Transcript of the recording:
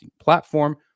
platform